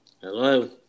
Hello